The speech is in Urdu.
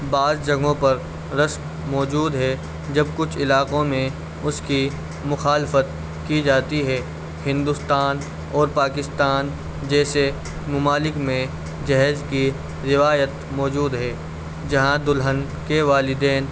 بعض جگہوں پر رسم موجود ہے جب کچھ علاقوں میں اس کی مخالفت کی جاتی ہے ہندوستان اور پاکستان جیسے ممالک میں جہیز کی روایت موجود ہے جہاں دلہن کے والدین